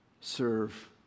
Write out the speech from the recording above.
serve